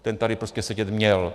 Ten tady prostě sedět měl.